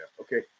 Okay